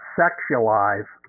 sexualize